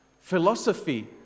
philosophy